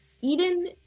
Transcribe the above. Eden